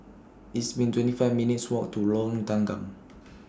It's been twenty five minutes' Walk to Lorong Tanggam